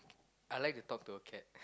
I like to talk to a cat